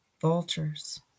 Vultures